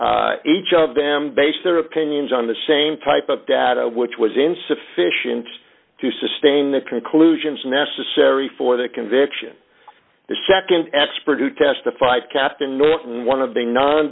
them each of them based their opinions on the same type of data which was insufficient to sustain the conclusions necessary for that conviction the nd expert who testified captain no